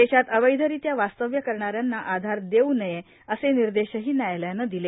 देशात अवैधरित्या वास्तव्य करणाऱ्यांना आधार देऊ नये असे निर्देशही न्यायालयानं दिले